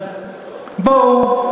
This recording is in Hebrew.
אז בואו,